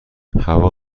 هوا